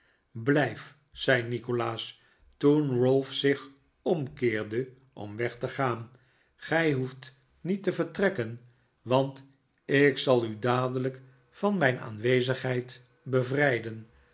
blijf zei nikolaas toen ralph zich omkeerde om weg te gaan gij hoeft niet te vertrekken want ik zal u dadelijk van mijn nikolaas nickleby aanwezigheid bevrijdenj